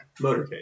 Motorcade